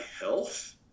health